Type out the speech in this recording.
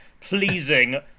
pleasing